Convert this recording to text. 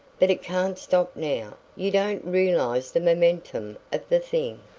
but it can't stop now. you don't realize the momentum of the thing.